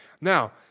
Now